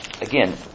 again